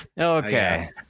Okay